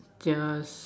just